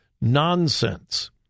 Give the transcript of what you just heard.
Nonsense